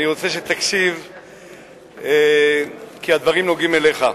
אני רוצה שתקשיב כי הדברים נוגעים אליך,